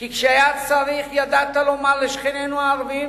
כי כשהיה צריך, ידעת לומר לשכנינו הערבים